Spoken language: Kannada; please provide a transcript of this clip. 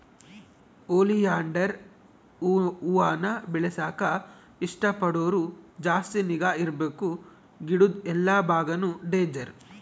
ಓಲಿಯಾಂಡರ್ ಹೂವಾನ ಬೆಳೆಸಾಕ ಇಷ್ಟ ಪಡೋರು ಜಾಸ್ತಿ ನಿಗಾ ಇರ್ಬಕು ಗಿಡುದ್ ಎಲ್ಲಾ ಬಾಗಾನು ಡೇಂಜರ್